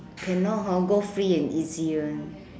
cannot hor go free and easy [one]